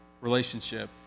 relationship